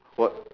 what